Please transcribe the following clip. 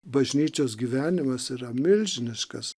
bažnyčios gyvenimas yra milžiniškas